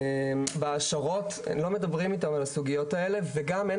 גם בהעשרות לא מדברים איתם על הסוגיות האלה וגם אין